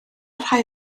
rhai